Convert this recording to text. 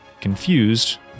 confused